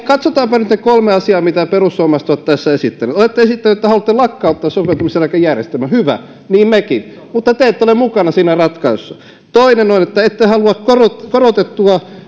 katsotaanpa nyt ne kolme asiaa mitä perussuomalaiset ovat tässä esittäneet olette esittäneet että haluatte lakkauttaa sopeutumiseläkejärjestelmän hyvä niin mekin mutta te ette ole mukana siinä ratkaisussa toinen on että ette halua korotettua korotettua